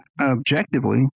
objectively